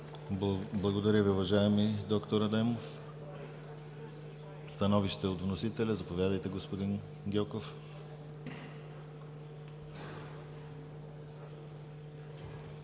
Благодаря, уважаеми д-р Адемов. Становище от вносителя. Заповядайте, господин Гьоков.